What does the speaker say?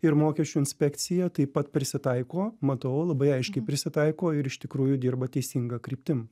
ir mokesčių inspekcija taip pat prisitaiko matau labai aiškiai prisitaiko ir iš tikrųjų dirba teisinga kryptim